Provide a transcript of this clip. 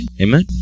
Amen